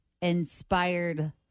inspired